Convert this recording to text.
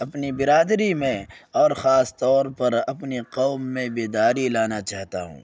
اپنی برادری میں اور خاص طور پر اپنی قوم میں بیداری لانا چاہتا ہوں